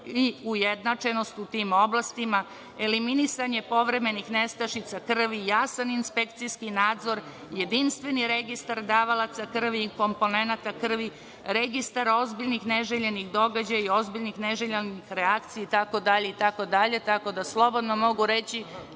i ujednačenost u tim oblastima, eliminisanje povremenih nestašica krvi, jasan inspekcijski nadzor, jedinstveni registar davalaca krvi i komponenata krvi, registar ozbiljnih neželjenih događaja i ozbiljnih neželjenih reakcija itd, itd, tako da slobodno mogu reći